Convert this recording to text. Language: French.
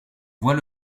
voit